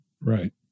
Right